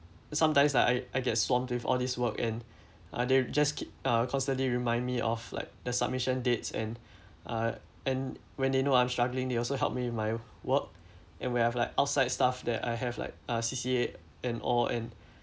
sometimes like I I get swamped with all these work and uh they will just keep uh constantly remind me of like the submission dates and uh and when they know I'm struggling they also helped me with my work and we have like outside stuff that I have like uh C_C_A and all and